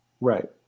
right